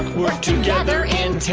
work together in